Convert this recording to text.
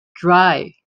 dry